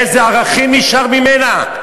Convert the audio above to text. איזה ערכים נשאר ממנה?